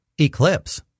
Eclipse